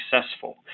successful